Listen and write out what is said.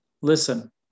listen